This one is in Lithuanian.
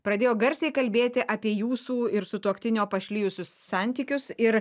pradėjo garsiai kalbėti apie jūsų ir sutuoktinio pašlijusius santykius ir